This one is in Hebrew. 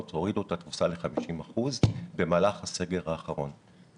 הורידו את התפוסה ל-50% במהלך הסגר האחרון.